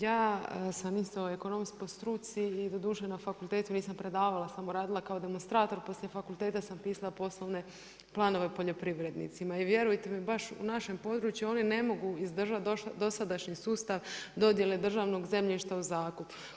Ja sam isto ekonomist po struci i doduše na fakultetu nisam predavala, samo radila kao demonstrator poslije fakulteta sam pisala poslovne planove poljoprivrednicima i vjerujte mi baš u našem području oni ne mogu izdržati dosadašnji sustav dodjele državnog zemljišta u zakup.